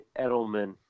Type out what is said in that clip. Edelman